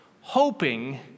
hoping